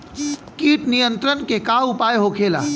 कीट नियंत्रण के का उपाय होखेला?